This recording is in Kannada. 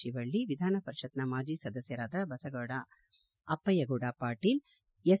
ಶಿವಳ್ಳಿ ವಿಧಾನಪರಿಷತ್ನ ಮಾಜಿ ಸದಸ್ಕರಾದ ಬಸಗೌಡ ಅಪ್ಪಯ್ನಗೌಡ ಪಾಟೀಲ್ ಎಸ್